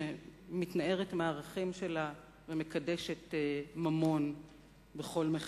שמתנערת מהערכים שלה ומקדשת ממון בכל מחיר.